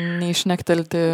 nei šnektelt